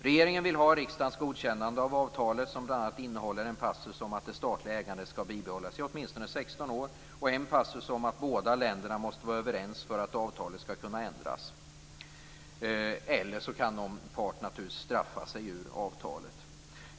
Regeringen vill ha riksdagens godkännande av avtalet, som bl.a. innehåller en passus om att det statliga ägandet skall bibehållas åtminstone i 16 år och en passus om att båda länderna måste vara överens för att avtalet skall kunna ändras. Eller också kan någon part naturligtvis straffa sig ur avtalet.